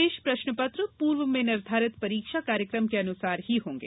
शेष प्रश्न पत्र पूर्व में निर्धारित परीक्षा कार्यक्रम के अनुसार ही होंगे